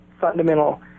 fundamental